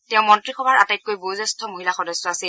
তেওঁ মন্ত্ৰীসভাৰ আটাইতকৈ বয়োজ্যেষ্ঠ মহিলা সদস্য আছিল